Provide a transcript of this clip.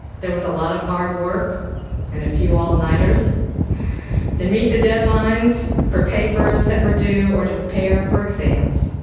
there was a lot of hard work and a few all nighters to meet the deadlines for papers that were due or to prepare for exams.